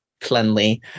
cleanly